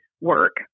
work